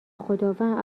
خداوند